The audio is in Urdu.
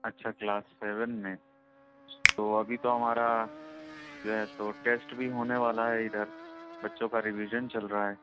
اچھا کلاس سیون میں تو ابھی تو ہمارا جو ہے سو ٹیسٹ بھی ہونے والا ہے اِدھر بچوں کا ریویزن چل رہا ہے